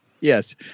Yes